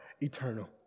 eternal